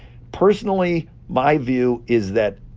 personally, my view is that